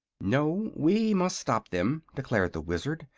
no we must stop them, declared the wizard.